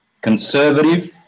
conservative